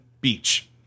Beach